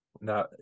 Now